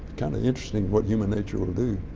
kind of interesting what human nature will do.